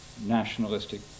nationalistic